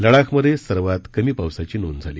लडाख मध्ये सर्वात कमी पावसाची नोंद झाली